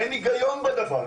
אין היגיון בדבר הזה.